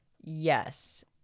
Yes